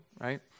right